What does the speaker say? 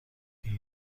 این